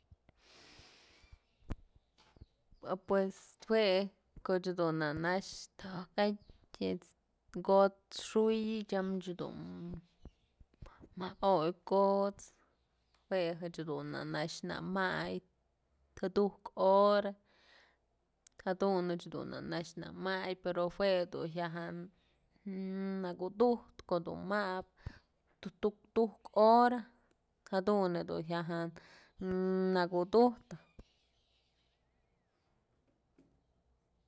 Pues jue, koch dun na nax tokatyë es kot's xuy tyam jedun maok kot's jue jëch nax nëmay tudujk hora jadunëch dun nax nëmay pero jue dun jya nëkudujtë ko'o dun mabë tuktuk hora, jadun jedun jya nëkodujtë.